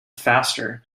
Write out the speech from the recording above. faster